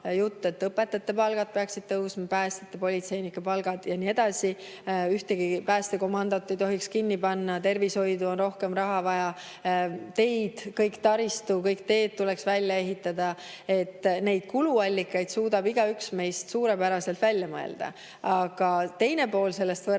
õpetajate palgad peaksid tõusma, päästjate-politseinike palgad, ja nii edasi. Ühtegi päästekomandot ei tohiks kinni panna, tervishoidu on rohkem raha vaja, kogu taristu ja kõik teed tuleks välja ehitada. Neid kuluallikaid suudab igaüks meist suurepäraselt välja mõelda. Aga teine pool sellest võrrandist